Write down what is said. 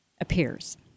appears